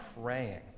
praying